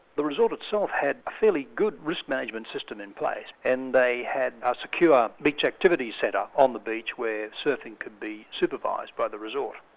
the resort itself had fairly good risk management systems in place, and they had a secure beach activities centre on the beach where surfing could be supervised by the resort.